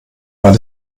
weil